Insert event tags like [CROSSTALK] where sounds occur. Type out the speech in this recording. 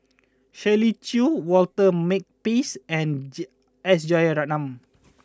Shirley Chew Walter Makepeace and [HESITATION] S Rajaratnam